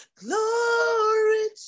glory